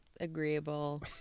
agreeable